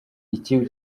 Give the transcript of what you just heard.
iki